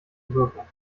wirkung